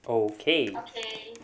okay